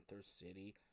City